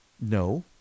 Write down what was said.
no